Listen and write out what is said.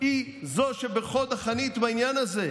היא זו שבחוד החנית בעניין הזה,